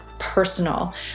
personal